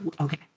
Okay